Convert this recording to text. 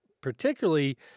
particularly